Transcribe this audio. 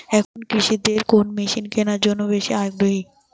এখন কৃষকদের কোন মেশিন কেনার জন্য বেশি আগ্রহী?